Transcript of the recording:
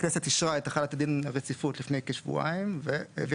הכנסת אישרה את החלת דין רציפות לפני כשבועיים והעבירה